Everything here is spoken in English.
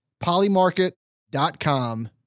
Polymarket.com